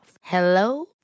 Hello